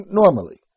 normally